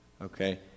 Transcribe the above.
Okay